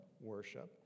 worship